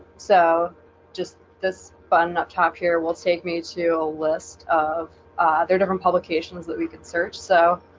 so just this button up top here will take me to a list of their different publications that we can search so